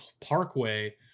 parkway